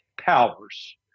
powers